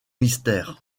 mystères